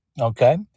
okay